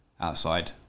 outside